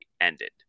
ended